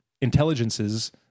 intelligences